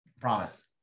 Promise